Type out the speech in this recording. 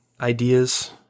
ideas